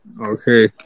okay